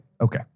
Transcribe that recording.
Okay